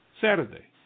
Saturday